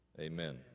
Amen